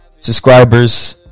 Subscribers